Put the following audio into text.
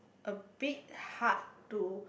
a bit hard to